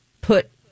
put